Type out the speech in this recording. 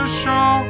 show